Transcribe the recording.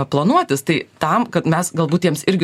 planuotis tai tam kad mes galbūt jiems irgi